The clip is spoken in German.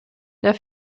der